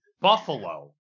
Buffalo